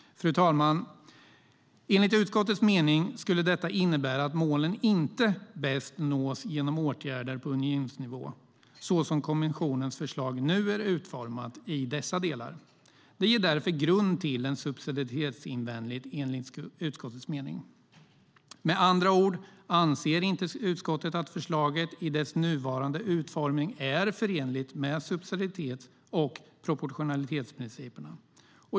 Fru talman! Enligt utskottets mening skulle detta innebära att målen inte bäst nås genom åtgärder på unionsnivå, så som kommissionens förslag nu är utformat i dessa delar. Det ger därför grund till en subsidiaritetsinvändning enligt utskottets mening. Med andra ord anser inte utskottet att förslaget i dess nuvarande utformning är förenligt med subsidiaritets och proportionalitetsprinciperna.